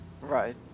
Right